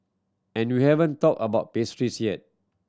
and we haven't talked about pastries yet